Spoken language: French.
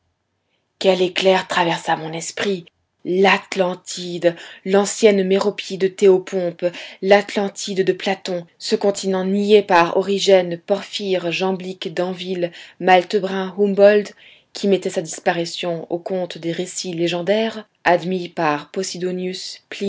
quel éclair traversa mon esprit l'atlantide l'ancienne méropide de théopompe l'atlantide de platon ce continent nié par origène porphyre jamblique d'anville malte brun humboldt qui mettaient sa disparition au compte des récits légendaires admis par